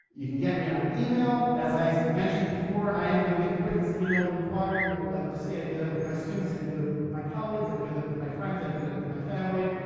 you can get me on email. as i mentioned before, i am going to be the quickest email reply or you'll ever see. i do that with my students, i do that with my colleagues, i do that with my friends. i do that with my family.